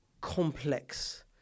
complex